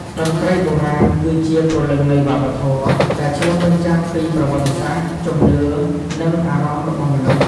តន្ត្រីបុរាណ គឺជាព្រលឹងនៃវប្បធម៌ ដែលឆ្លុះបញ្ចាំងពីប្រវត្តិសាស្ត្រ ជំនឿ និងអារម្មណ៍របស់មនុស្ស។